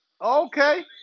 Okay